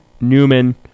Newman